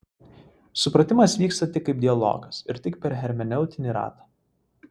supratimas vyksta tik kaip dialogas ir tik per hermeneutinį ratą